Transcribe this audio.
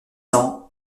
cents